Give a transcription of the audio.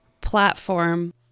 platform